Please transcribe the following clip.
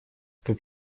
как